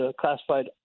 classified